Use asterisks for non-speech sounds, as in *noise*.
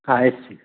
*unintelligible*